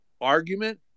argument